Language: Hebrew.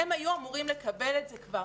הם היו אמורים לקבל את זה כבר.